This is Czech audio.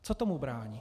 Co tomu brání?